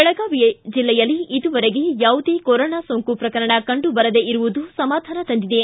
ಬೆಳಗಾವಿ ಜಿಲ್ಲೆಯಲ್ಲಿ ಇದುವರೆಗೆ ಯಾವುದೇ ಕೊರಾನಾ ಸೋಂಕು ಪ್ರಕರಣ ಕಂಡು ಬರದೇ ಇರುವುದು ಸಮಾಧಾನ ತಂದಿದೆ